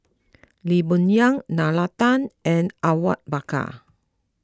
Lee Boon Yang Nalla Tan and Awang Bakar